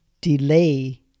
delay